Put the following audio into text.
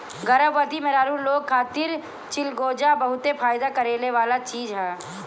गर्भवती मेहरारू लोग खातिर चिलगोजा बहते फायदा करेवाला चीज हवे